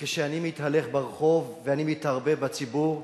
כשאני מתהלך ברחוב ואני מתערבב בציבור,